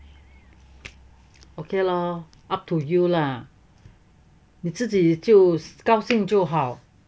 okay lor up to you lah 你自己就高兴就好